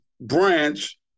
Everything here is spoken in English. branch